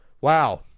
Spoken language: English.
Wow